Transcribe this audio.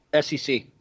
SEC